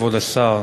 כבוד השר,